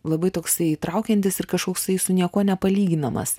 labai toksai įtraukiantis ir kažkoksai su niekuo nepalyginamas